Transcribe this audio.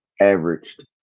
averaged